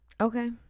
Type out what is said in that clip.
Okay